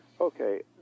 Okay